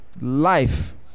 life